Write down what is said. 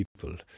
people